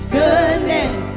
goodness